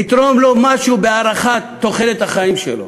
נתרום לו משהו בהארכת תוחלת החיים שלו.